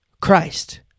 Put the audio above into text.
Christ